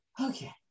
Okay